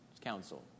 counsel